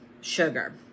sugar